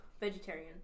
vegetarian